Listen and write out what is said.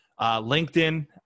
LinkedIn